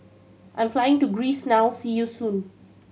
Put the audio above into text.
I am flying to Greece now see you soon